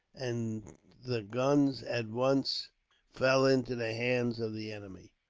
and the guns at once fell into the hands of the enemy.